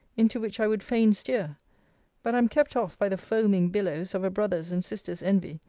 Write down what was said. into which i would fain steer but am kept off by the foaming billows of a brother's and sister's envy,